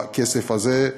בכסף הזה,